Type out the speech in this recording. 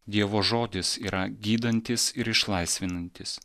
dievo žodis yra gydantis ir išlaisvinantis